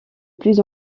plus